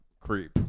creep